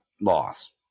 loss